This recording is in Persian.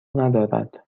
ندارد